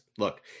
Look